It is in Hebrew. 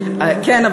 כן,